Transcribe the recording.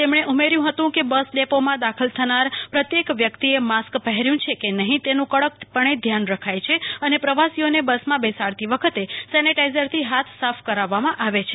તેમને ઉમેર્યું હતું કે બસ ડેપોમાં દાખલ થનાર પ્રત્યેક વ્યક્તિ એ માસ્ક પહેર્યું છે કે નહીં તેનુ કડક ધ્યાન રખાય છે અને પ્રવાસી ઓને બસમાં બેસાડતી વખતે સેનેટઈઝેરથી હાથ સાફ કરાવવામાં આવે છે